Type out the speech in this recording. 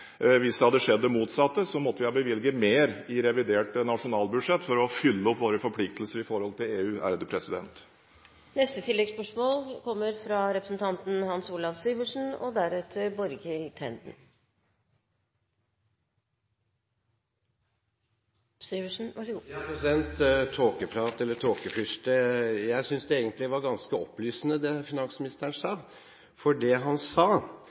Hvis det motsatte hadde skjedd, hadde vi måttet bevilge mer i revidert nasjonalbudsjett for å oppfylle våre forpliktelser overfor EU. Hans Olav Syversen – til oppfølgingsspørsmål. Tåkeprat eller tåkefyrste – jeg synes egentlig det var ganske opplysende det finansministeren sa. Det han sa,